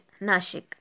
Nashik